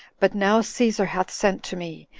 but now caesar hath sent to me,